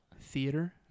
theater